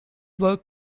work